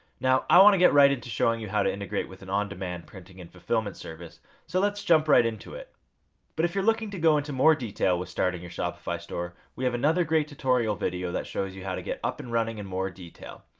now, i want to get right into showing you how to integrate with a and on-demand, printing and fulfillment service so let's jump right into it but if you're looking to go into more detail with starting your shopify store, we have another great tutorial video that shows you how to get up and running in more detail.